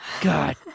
God